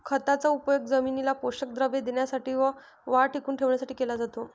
खताचा उपयोग जमिनीला पोषक द्रव्ये देण्यासाठी व वाढ टिकवून ठेवण्यासाठी केला जातो